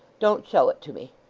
don't show it to me.